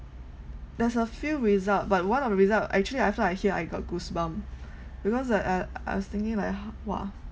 there's a few result but one of the result actually after I hear I got goosebump because uh I I was thinking like !wah!